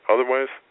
Otherwise